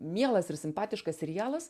mielas ir simpatiškas serialas